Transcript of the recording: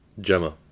Gemma